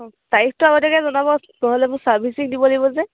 অঁ তাৰিখটো আগতীয়াকৈ জনাব নহ'লে মোৰ চাৰ্ভিচিং দিব লাগিব যে